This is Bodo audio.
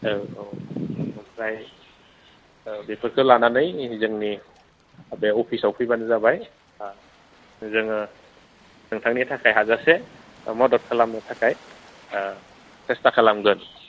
औ औ ओमफ्राय बेफोरखो लानानै जोंनि बे अफिसाव फैब्लानो जाबाय जोङो नोंथांनि थाखाय हाजासे मदद खालामनो थाखाय सेस्था खालामगोन